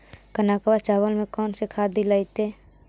कनकवा चावल में कौन से खाद दिलाइतै?